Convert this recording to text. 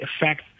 effect